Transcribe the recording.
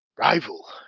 rival